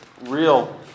real